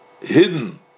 hidden